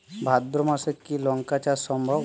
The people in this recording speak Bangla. ভাদ্র মাসে কি লঙ্কা চাষ সম্ভব?